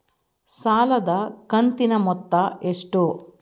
ಸಾಲದ ಕಂತಿನ ಮೊತ್ತ ಎಷ್ಟು?